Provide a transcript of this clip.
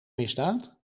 misdaad